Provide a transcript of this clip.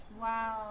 Wow